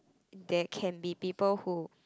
there can be people who